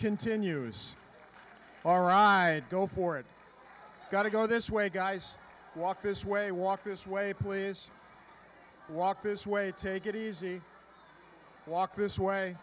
continues our ride go for it gotta go this way guys walk this way walk this way please walk this way take it easy walk this way